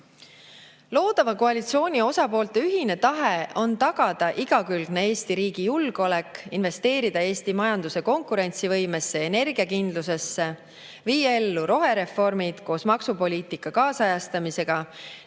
Loodava koalitsiooni osapoolte ühine tahe on tagada Eesti riigi igakülgne julgeolek, investeerida Eesti majanduse konkurentsivõimesse ja energiakindlusesse, viia ellu rohereformid koos maksupoliitika kaasajastamisega